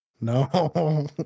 No